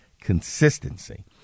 consistency